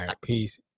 peace